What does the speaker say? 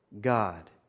God